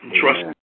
trust